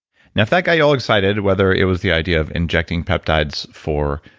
now, if that got you all excited, whether it was the idea of injecting peptides for